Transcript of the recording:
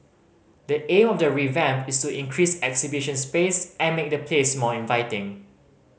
the aim of the revamp is to increase exhibition space and make the place more inviting